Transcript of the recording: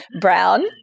brown